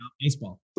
baseball